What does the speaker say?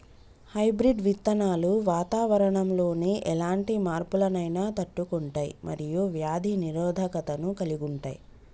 hybrid విత్తనాలు వాతావరణంలోని ఎలాంటి మార్పులనైనా తట్టుకుంటయ్ మరియు వ్యాధి నిరోధకతను కలిగుంటయ్